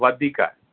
वधीक आहे